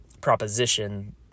proposition